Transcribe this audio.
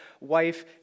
Wife